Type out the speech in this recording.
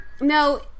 No